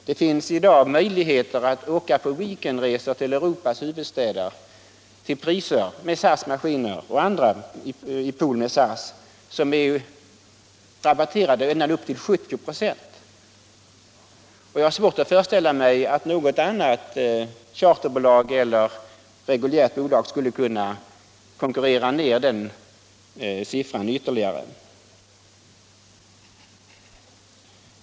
Det finns i dag möjligheter att med SAS-maskiner och andra plan i pool med SAS åka på weekendresor till Europas huvudstäder till priser som är rabatterade med ända upp till 70 96. Jag har svårt att föreställa mig att något annat charterbolag eller reguljärt bolag skulle kunna pressa den siffran ytterligare.